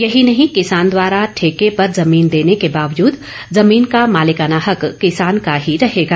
यही नहीं किसान द्वारा ठेके पर जमीन देने के बावजूद जमीन का मालिकाना हक किसान का ही रहेगा